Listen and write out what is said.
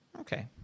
okay